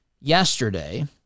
yesterday